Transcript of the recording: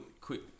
quick